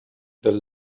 the